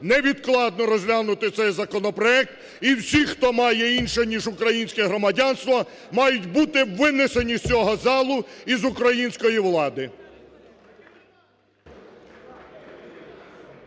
невідкладно розглянути цей законопроект, і всі, хто має інше, ніж українське, громадянство, мають бути винесені з цього залу і з української влади.